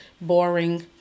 boring